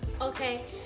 Okay